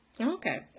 Okay